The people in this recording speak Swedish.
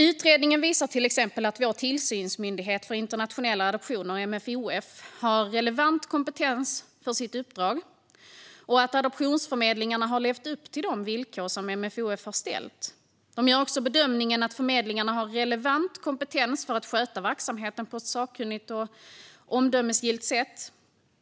Utredningen visar till exempel att vår tillsynsmyndighet för internationella adoptioner, MFoF, har relevant kompetens för sitt uppdrag och att adoptionsförmedlingarna har levt upp till de villkor som MFoF har ställt. De gör också bedömningen att förmedlingarna har relevant kompetens för att sköta verksamheten på ett sakkunnigt och omdömesgillt sätt.